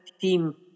team